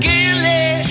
Gilly